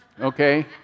Okay